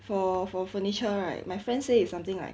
for for furniture right my friend say it's something like